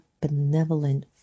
benevolent